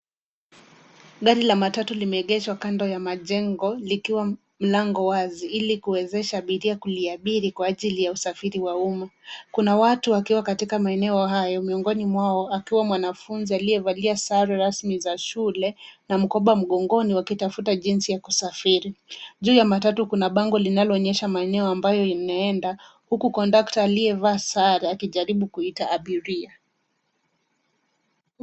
Gari la matatu limeegeshwa kando ya majengo likiwa mlango wazi, ilikuwezesha abiria kuliabiri kwa ajili ya usafiri wa umma. Kuna watu wakiwa katika maeneo hayo, miongoni mwao akiwa mwanafunzi aliyevalia sare rasmi za shule na mkoba mgongoni wakitafuata jinsi ya kusafiri. Juu ya matatu kuna bango linaloonyesha maeneo ambayo inaenda huku kondakta aliyevaa sare akijaribu kuita abiria.